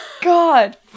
God